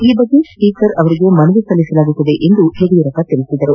ಈ ಬಗ್ಗೆ ಸ್ಪೀಕರ್ ಅವರಿಗೆ ಮನವಿ ಸಲ್ಲಿಸಲಾಗುವುದು ಎಂದು ಯಡಿಯೂರಪ್ಪ ತಿಳಿಸಿದರು